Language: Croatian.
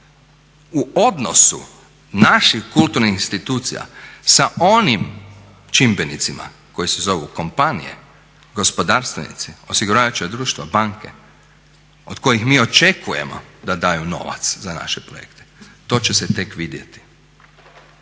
u odnosu naših kulturnih institucija sa onim čimbenicima koji se zovu kompanije, gospodarstvenici, osiguravajuća društva, banke od kojih mi očekujemo da daju novac za naše projekte. To će se tek vidjeti.